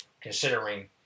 considering